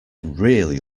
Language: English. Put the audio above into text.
really